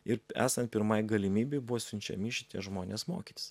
ir esant pirmai galimybei buvo siunčiami šitie žmonės mokytis